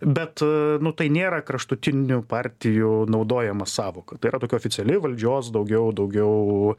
bet nu tai nėra kraštutinių partijų naudojama sąvoka tai yra tokia oficiali valdžios daugiau daugiau